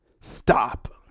stop